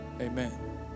Amen